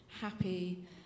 happy